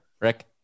Rick